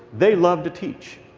they loved to teach.